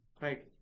right